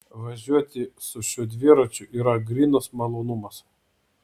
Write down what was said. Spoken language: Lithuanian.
važiuoti su šiuo dviračiu yra grynas malonumas